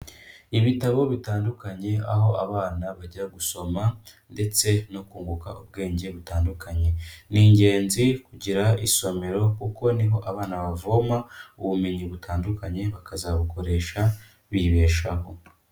Ibitabo bitandukanye, aho abana bajya gusoma ndetse no kunguka ubwenge butandukanye, ni ingenzi kugira isomero kuko niho abana bavoma ubumenyi butandukanye bakazabukoresha bibeshaho.